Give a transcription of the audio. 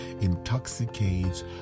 intoxicates